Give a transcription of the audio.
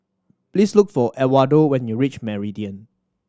please look for Edwardo when you reach Meridian